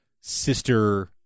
sister